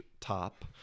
top